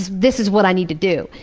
this is what i need to do.